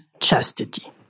chastity